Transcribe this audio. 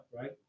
right